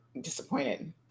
disappointed